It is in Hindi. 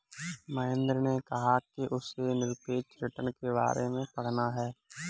महेंद्र ने कहा कि उसे निरपेक्ष रिटर्न के बारे में पढ़ना है